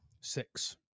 Six